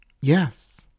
Yes